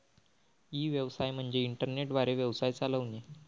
E व्यवसाय म्हणजे internet द्वारे व्यवसाय चालवणे